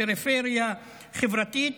פריפריה חברתית,